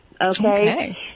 Okay